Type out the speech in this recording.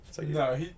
No